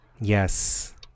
Yes